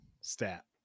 stat